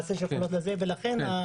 ולכן,